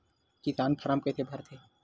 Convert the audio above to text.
निकास फारम कइसे भरथे?